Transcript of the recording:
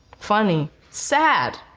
funny, sad.